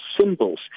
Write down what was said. symbols